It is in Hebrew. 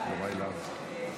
אבקש